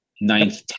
ninth